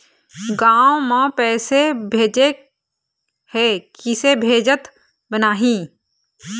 गांव म पैसे भेजेके हे, किसे भेजत बनाहि?